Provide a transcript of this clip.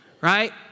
right